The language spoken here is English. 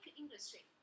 industry